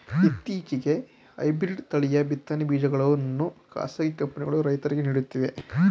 ಇತ್ತೀಚೆಗೆ ಹೈಬ್ರಿಡ್ ತಳಿಯ ಬಿತ್ತನೆ ಬೀಜಗಳನ್ನು ಖಾಸಗಿ ಕಂಪನಿಗಳು ರೈತರಿಗೆ ನೀಡುತ್ತಿವೆ